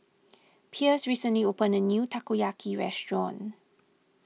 Pierce recently opened a new Takoyaki restaurant